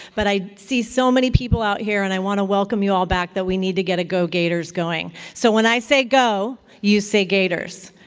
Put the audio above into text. but i see so many people out here, and i want to welcome you all back. but we need to get a go gators going. so when i say, go, you say, gators.